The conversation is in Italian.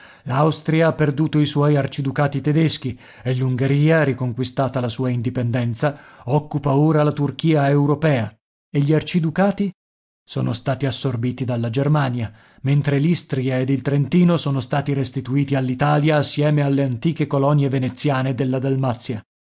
l'austria ha perduto i suoi arciducati tedeschi e l'ungheria riconquistata la sua indipendenza occupa ora la turchia europea e gli arciducati sono stati assorbiti dalla germania mentre l'istria ed il trentino sono stati restituiti all'italia assieme alle antiche colonie veneziane della dalmazia